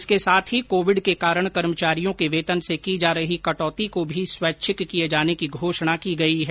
इसके साथ ही कोविड के कारण कर्मचारियों के वेतन से की जा रही कटौती को भी स्वैच्छिक किए जाने की घोषणा की गई है